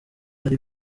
ari